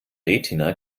retina